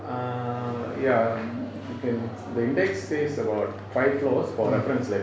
err ya you can the index says about five floors for reference library